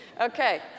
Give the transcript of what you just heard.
Okay